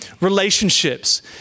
relationships